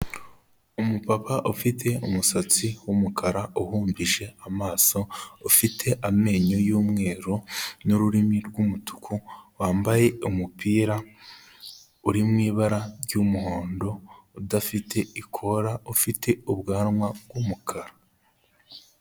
Umupapa ufite umusatsi w'umukara uhumbisha amaso, ufite amenyo y'umweru n'ururimi rw'umutuku, wambaye umupira, uri mu ibara ry'umuhondo udafite ikora, ufite ubwanwa bw'umukara.